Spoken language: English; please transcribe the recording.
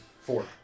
Four